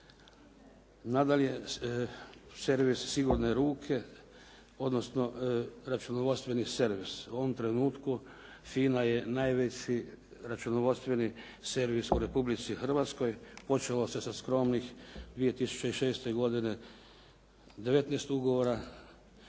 Nadalje, servis sigurne ruke, odnosno računovodstveni servis. U ovom trenutku FINA je najveći računovodstveni servis u Republici Hrvatskoj. Počelo se sa skromnih 2006. godine 19 ugovora,